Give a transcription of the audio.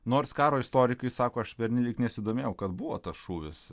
nors karo istorikai sako aš pernelyg nesidomėjau kad buvo tas šūvis